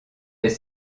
des